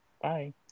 Bye